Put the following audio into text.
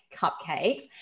cupcakes